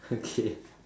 okay